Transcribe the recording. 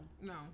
No